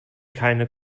keine